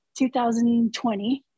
2020